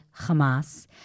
Hamas